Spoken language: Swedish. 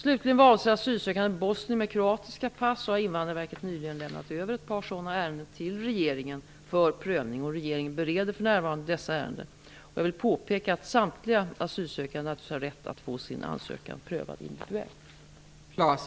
Slutligen, vad avser asylsökande bosnier med kroatiska pass, har Invandrarverket nyligen lämnat över ett par sådana ärenden till regeringen för prövning. Regeringen bereder för närvarande dessa ärenden. Jag vill påpeka att samtliga asylsökande naturligtvis har rätt att få sin ansökan prövad individuellt.